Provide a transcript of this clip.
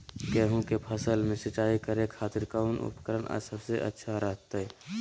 गेहूं के फसल में सिंचाई करे खातिर कौन उपकरण सबसे अच्छा रहतय?